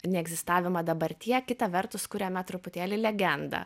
neegzistavimą dabartyje kita vertus kuriame truputėlį legendą